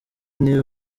nti